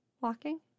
walking